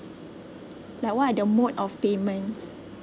ya what are the mode of payments